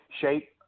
shape